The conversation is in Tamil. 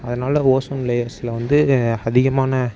அதனால் ஓசோன் லேயர்ஸில் வந்து அதிகமான